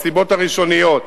הסיבות הראשוניות,